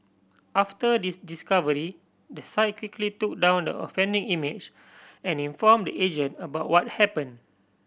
after discovery the site quickly took down the offending image and inform the agent about what happen